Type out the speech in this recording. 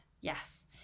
yes